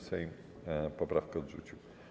Sejm poprawkę odrzucił.